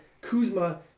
Kuzma